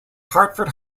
hartford